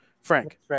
Frank